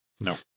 No